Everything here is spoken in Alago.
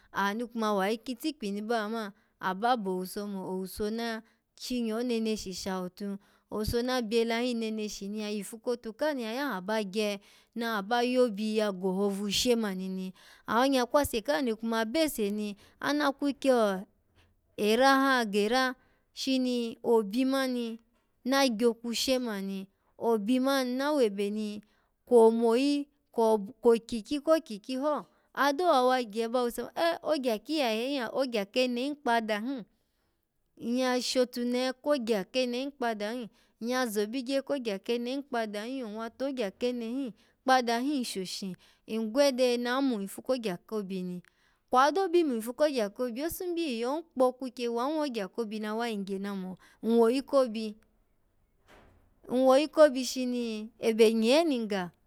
Aha ni kuma wayi kitikpi ni ba wa man, aba bo owuso mo owuso na pyiyo neneshi shahotu owuso na byela hin neneshi ni ya yifu kotu ka ni ya yaha ba gye, naha ba yo obi ya gohovu she mani ni awanyakwase ka ni kuma bese ni, ana kwuleye o-era ha gera shini obi mani na gyokwu she mani, obi man na webe ni kwo mogi kwob-kwo kyikyi ko kyikyi ho ado wawa gye aba mo eh! Ogya kiyaye hin ya, ogya kene hin kpada him nyya shotunehe kpogya kene hin kpada hin nyya zobigye kogya kenen kpada hin lo nwwa togya kene hin kpada shoshingwede a mun ifu kogya ko obi ni kwado bi mun ifu kogya ko obi lo sun bi yiyon kpo kwikye wan wogya ko obi na wa yigye na no nwwoyi ko obi nwwoyi ko obi shini ebe nye ni nga.